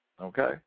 okay